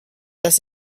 dass